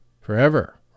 forever